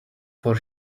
for